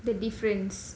the difference